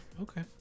okay